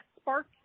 spark